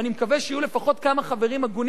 ואני מקווה שיהיו לפחות כמה חברים הגונים